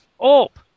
up